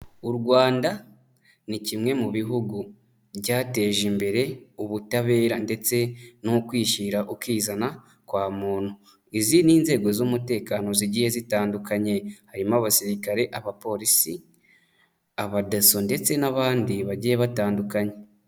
U Rwanda ni kimwe mu bihugu byateje imbere ubutabera ndetse no kwishyira ukizana kwa muntu. Izi ni inzego z'umutekano zigiye zitandukanye harimo abasirikare, abapolisi, abadasso ndetse n'abandi bagiye batandukanye.